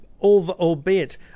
albeit